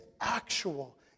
actual